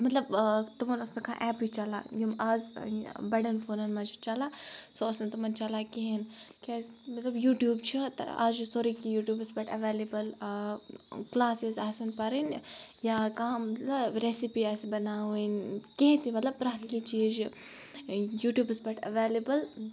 مطلب تِمَن ٲس نہٕ کانٛہہ ایپٕے چَلان یِم اَز یہِ بَڑٮ۪ن فونَن منٛز چھِ چَلان سُہ اوس نہٕ تِمَن چَلان کِہیٖنۍ کیٛازِ مےٚ دوٚپ یوٗٹیوٗب چھُ اَز چھِ سورُے کینٛہہ یوٗٹیوٗبَس پٮ۪ٹھ اَویلیبٕل کٕلاسٕز آسَن پَرٕنۍ یا کانٛہہ رٮ۪سِپی آسہِ بَناوٕنۍ کینٛہہ تہِ مطلب پرٛٮ۪تھ کینٛہہ چیٖز یوٗٹیوٗبَس پٮ۪ٹھ اَویلیبٕل